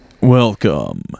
Welcome